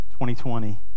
2020